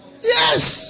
Yes